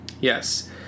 Yes